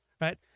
right